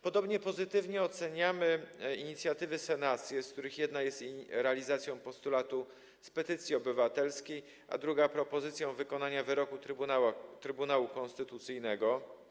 Podobnie pozytywnie oceniamy inicjatywy senackie, z których jedna jest realizacją postulatu z petycji obywatelskiej, a druga - propozycją wykonania wyroku Trybunału Konstytucyjnego.